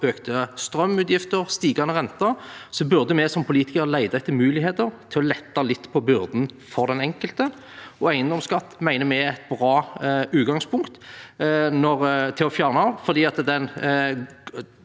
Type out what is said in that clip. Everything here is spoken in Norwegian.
økte strømutgifter og stigende renter, burde vi som politikere lete etter muligheter til å lette litt på byrden for den enkelte. Eiendomsskatt mener vi har et bra utgangspunkt for å fjernes, når det